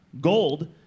gold